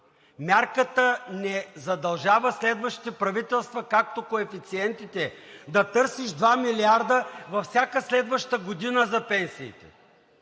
Мярката не задължава следващите правителства, както коефициентите, да търсиш 2 милиарда във всяка следваща година за пенсиите.